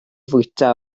fwyta